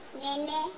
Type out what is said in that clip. nene